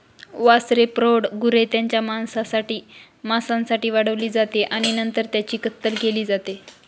वासरे प्रौढ गुरे त्यांच्या मांसासाठी वाढवली जाते आणि नंतर त्यांची कत्तल केली जाते